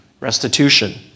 restitution